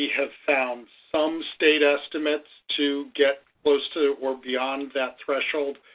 have found some state estimates to get close to or beyond that threshold.